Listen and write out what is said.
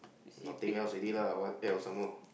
nothing else already lah what else some more